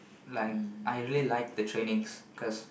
like I really like the trainings because